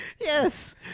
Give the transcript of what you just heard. Yes